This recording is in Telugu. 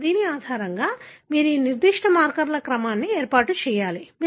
ఇప్పుడు దీని ఆధారంగా మీరు ఈ నిర్దిష్ట మార్కర్ల క్రమాన్ని ఏర్పాటు చేయాలి